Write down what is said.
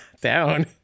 down